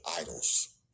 idols